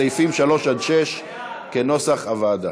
סעיפים 3 6 כנוסח הוועדה.